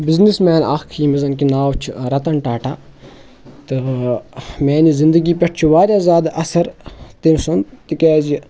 business مؠن اَکھ یٔمِس زَن کہِ ناو چھُ رَتَن ٹاٹا تہٕ میٛانہِ زِنٛدگی پؠٹھ چھُ وارِیاہ زیادٕ اَثَر تٔمۍ سُنٛد تِکیٛازِ